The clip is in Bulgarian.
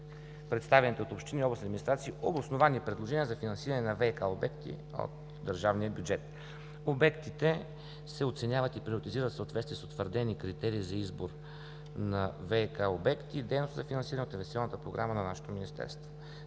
представените от общини и областни администрации обосновани предложения за финансиране на ВиК обекти от държавния бюджет. Обектите се оценяват и приоритизират в съответствие с утвърдени критерии за избор на ВиК обекти и дейности за финансиране от Инвестиционната програма на нашето Министерство.